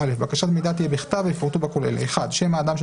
בקרת מסחר ברשות ניירות ערך; "מען" - שם הרחוב,